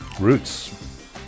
roots